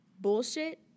bullshit